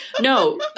No